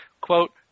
Quote